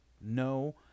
no